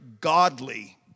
godly